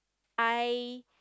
I